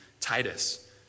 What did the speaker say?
Titus